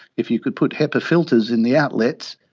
if you could put hepa filters in the outlets,